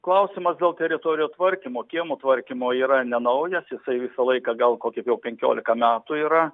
klausimas dėl teritorijų tvarkymo kiemo tvarkymo yra ne naujas jisai visą laiką gal kokį jau penkiolika metų yra